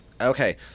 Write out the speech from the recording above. Okay